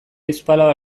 hiruzpalau